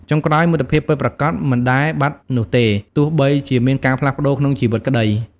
ចុងក្រោយ មិត្តភាពពិតប្រាកដ មិនដែលបាត់នោះទេ ទោះបីជាមានការផ្លាស់ប្តូរក្នុងជីវិតក្ដី។